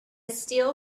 steel